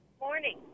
Morning